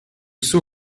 suo